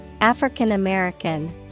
African-American